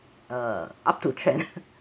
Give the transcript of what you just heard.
uh up to trend